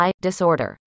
disorder